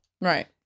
Right